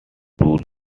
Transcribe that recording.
rule